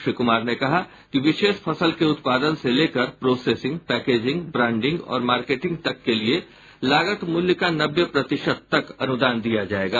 श्री कुमार ने कहा कि विशेष फसल के उत्पादन से लेकर प्रोसेसिंग पैकेजिंग ब्रांडिंग और मार्केटिंग तक के लिये लागत मूल्य का नब्बे प्रतिशत तक अनुदान दिया जायेगा